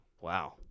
Wow